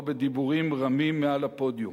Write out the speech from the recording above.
לא בדיבורים רמים מעל הפודיום.